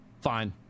Fine